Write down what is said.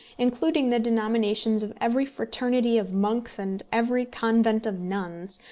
including the denominations of every fraternity of monks and every convent of nuns,